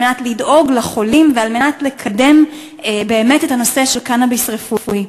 על מנת לדאוג לחולים ועל מנת לקדם באמת את הנושא של הקנאביס הרפואי.